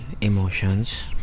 emotions